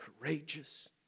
Courageous